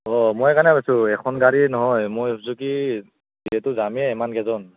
অঁ মই সেইকাৰণে ভাবিছোঁ এখন গাড়ীৰে নহয় মই ভাবিছোঁ কি যিহেতু যামেই ইমান কেইজন